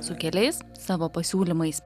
su keliais savo pasiūlymais